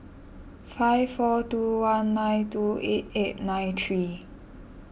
five four two one nine two eight eight nine three